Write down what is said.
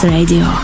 Radio